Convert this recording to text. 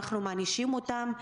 אנחנו מענישים אותם?